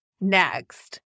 Next